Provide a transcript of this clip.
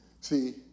See